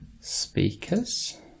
speakers